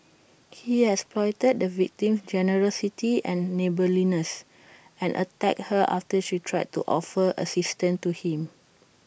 he exploited the victim's generosity and neighbourliness and attacked her after she tried to offer assistance to him